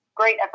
Great